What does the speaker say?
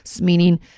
meaning